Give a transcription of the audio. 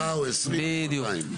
פה אין הגבלה ל-10 או 20 או 200. בדיוק.